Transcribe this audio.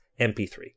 MP3